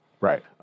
Right